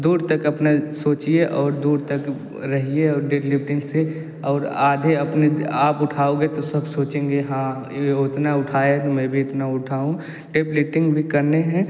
दूर तक अपना सोचिए और दूर तक रहिए और डेडलिफ्टिंग से और आगे अपने आप उठाओगे तो सब सोचेंगे हाँ वह इतना उठाए तो मैं भी इतना उठाऊँ डेडलिफ्टिंग भी करना है